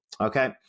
Okay